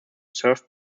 served